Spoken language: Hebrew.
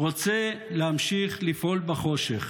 רוצה להמשיך לפעול בחושך.